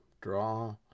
Draw